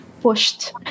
pushed